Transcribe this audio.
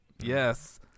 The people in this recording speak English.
Yes